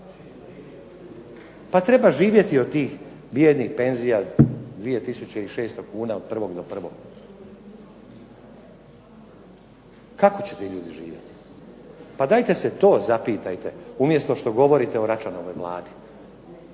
Pa treba živjeti od tih bijednih penzija 2600 kuna od 1. do 1. Kako će ti ljudi živjeti? Pa dajte se to zapitajte umjesto što govorite o Račanovoj vladi.